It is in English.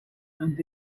and